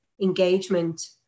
engagement